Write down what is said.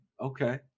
Okay